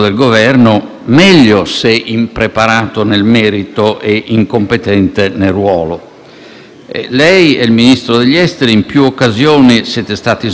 Lei e il Ministro degli esteri, in più occasioni, siete stati smentiti da questo o quel Vice Presidente del Consiglio, in altre occasioni avete abbozzato e rammendato,